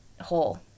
hole